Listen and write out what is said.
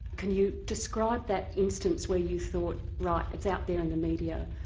can you describe that instance where you thought, right, it's out there in the media,